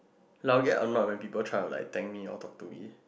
like I will get or not when people try to like thank me or talk to me